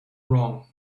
wrong